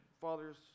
father's